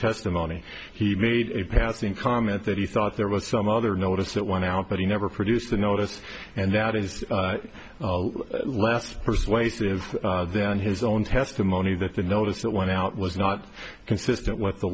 testimony he made a patsy in ca i meant that he thought there was some other notice that one out but he never produced a notice and that is less persuasive than his own testimony that the notice that went out was not consistent with the